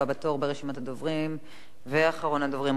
הבא בתור ברשימת הדוברים ואחרון הדוברים,